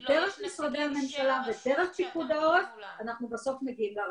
דרך משרדי הממשלה ודרך פיקוד העורף אנחנו בסוף מגיעים לרשות.